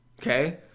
Okay